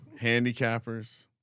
handicappers